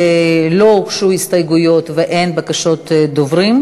לא הוגשו הסתייגויות ואין בקשות דיבור,